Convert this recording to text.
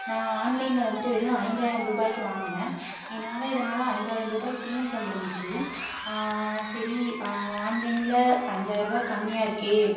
நான் ஆன்லைன்ல வந்துட்டு வெறும் ஐந்தாயிரம் ரூபாய்க்கு வாங்கினேன் என்னால் இதனால் ஐந்தாயிரம் ரூபாய் சேமிக்க முடிஞ்சிச்சு சரி ஆன்லைன்ல அஞ்சாயருபா கம்மியாக இருக்கே